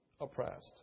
oppressed